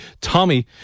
Tommy